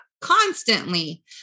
constantly